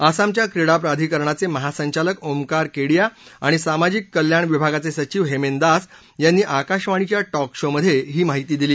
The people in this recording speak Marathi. आसामच्या क्रीडा प्राधिकरणाचे महासंचालक ओकार केडीया आणि सामाजिक कल्याण विभागाचे सचिव हेमेन दास यांनी आकाशवाणीच्या शिंक शो मध्ये ही माहिती दिली